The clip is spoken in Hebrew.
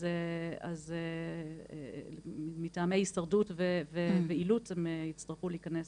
אז מטעמי הישרדות ואילוץ הן יצטרכו להיכנס